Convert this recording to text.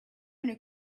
new